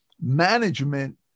management